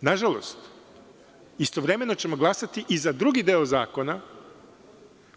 Nažalost, istovremeno ćemo glasati i za drugi deo zakona